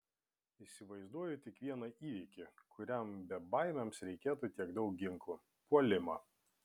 įsivaizduoju tik vieną įvykį kuriam bebaimiams reikėtų tiek daug ginklų puolimą